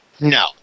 No